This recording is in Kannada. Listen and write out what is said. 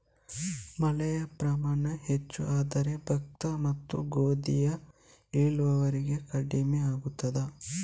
ಮಳೆಯ ಪ್ರಮಾಣ ಹೆಚ್ಚು ಆದರೆ ಭತ್ತ ಮತ್ತು ಗೋಧಿಯ ಇಳುವರಿ ಕಡಿಮೆ ಆಗುತ್ತದಾ?